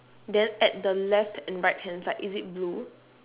then at the left and right hand side is it blue